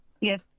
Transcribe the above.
Yes